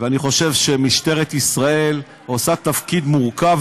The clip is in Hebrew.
ואני חושב שמשטרת ישראל עושה תפקיד מורכב